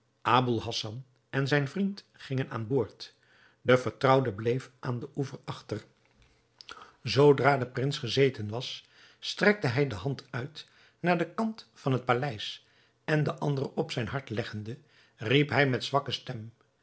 aboul hassan en zijn vriend gingen aan boord de vertrouwde bleef aan den oever achter zoodra de prins gezeten was strekte hij de hand uit naar den kant van het paleis en de andere op zijn hart leggende riep hij met zwakke stem